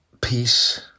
peace